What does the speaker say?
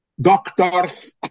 doctors